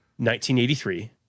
1983